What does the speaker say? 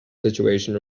situation